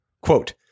quote